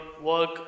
work